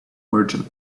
merchant